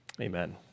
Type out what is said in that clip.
Amen